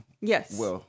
Yes